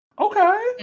Okay